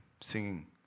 singing